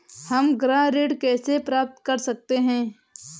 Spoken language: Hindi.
हम गृह ऋण कैसे प्राप्त कर सकते हैं?